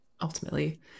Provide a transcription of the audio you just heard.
ultimately